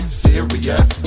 serious